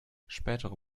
spätere